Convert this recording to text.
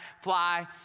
fly